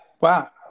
Wow